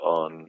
on